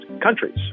countries